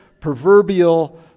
proverbial